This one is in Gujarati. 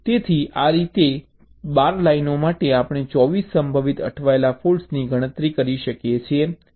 તેથી આ રીતે 12 લાઈનો માટે આપણે 24 સંભવિત અટવાયેલા ફૉલ્ટ્સની ગણતરી કરી શકીએ છીએ